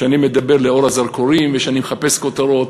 שאני מדבר לאור הזרקורים, ושאני מחפש כותרות,